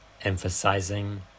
emphasizing